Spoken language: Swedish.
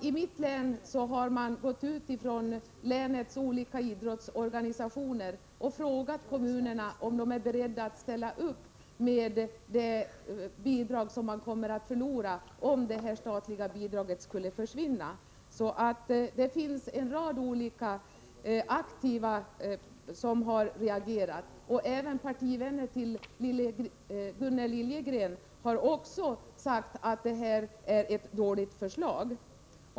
I mitt län har man gått ut ifrån länets olika idrottsorganisationer och frågat kommunerna om de är beredda att ställa upp med motsvarande bidrag som man kommer att förlora, om det statliga bidraget skulle försvinna. En rad aktiva har alltså reagerat. Även partivänner till Gunnel Liljegren har sagt att det här är ett dåligt förslag.